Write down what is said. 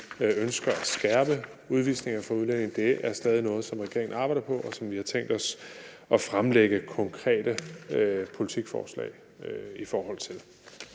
i forhold til udvisningerne for udlændinge, stadig er noget, som regeringen arbejder på, og som vi har tænkt os at fremlægge konkrete politikforslag i forhold til.